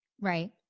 Right